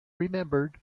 remembered